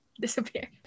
disappear